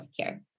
healthcare